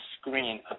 screen